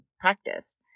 practice